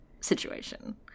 situation